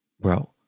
Bro